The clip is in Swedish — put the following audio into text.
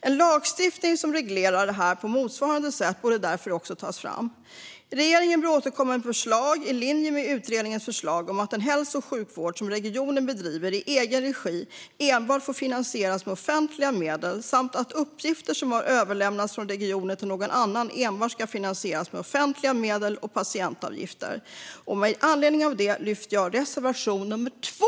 En lagstiftning som reglerar det här på motsvarande sätt borde därför tas fram. Regeringen bör återkomma med förslag i linje med utredningens förslag om att den hälso och sjukvård som regionen bedriver i egen regi enbart får finansieras med offentliga medel samt att uppgifter som har överlämnats från regionen till någon annan enbart ska finansieras med offentliga medel och patientavgifter. Med anledning av det yrkar jag bifall till reservation nummer 2.